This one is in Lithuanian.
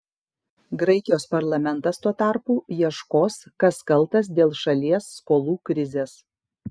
graikijos parlamentas tuo tarpu ieškos kas kaltas dėl šalies skolų krizės